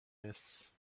messe